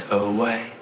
away